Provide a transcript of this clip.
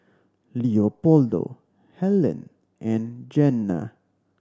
Leopoldo Hellen and Jenna